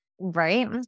Right